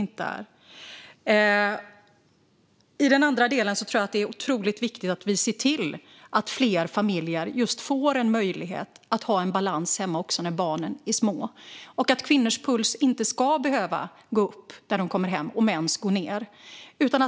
I den andra delen tror jag att det är otroligt viktigt att vi ser till att fler familjer får en möjlighet att ha en balans hemma när barnen är små. Kvinnors puls ska inte behöva gå upp när de kommer hem medan mäns går ned.